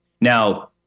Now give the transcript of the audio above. Now